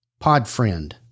Podfriend